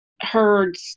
heard